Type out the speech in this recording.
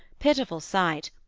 pitiful sight,